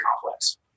complex